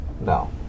No